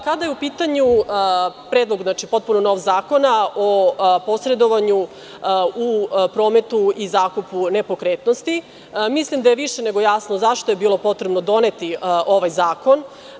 Kada je u pitanju predlog, znači potpuno novog zakona o posredovanju u prometu i zakupu nepokretnosti, mislim da je više nego jasno zašto je bilo potrebno doneti ovaj zakon.